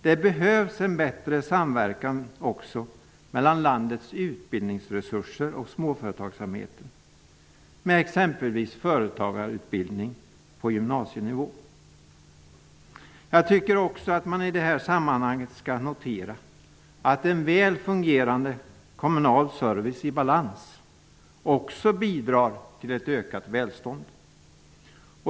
Det behövs en bättre samverkan också mellan landets utbildningsresurser och småföretagsamheten. Som exempel kan nämnas företagarutbildning på gymnasienivå. Jag tycker också att man i det här sammanhanget skall notera att också en väl fungerande kommunal service i balans bidrar till ett ökat välstånd.